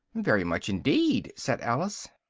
very much indeed, said alice.